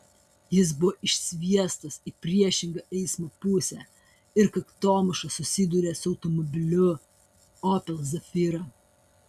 jis buvo išsviestas į priešingą eismo pusę ir kaktomuša susidūrė su automobiliu opel zafira